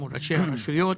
מול ראשי רשויות.